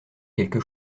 quelque